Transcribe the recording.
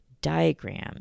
diagram